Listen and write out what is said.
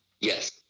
Yes